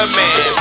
man